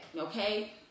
Okay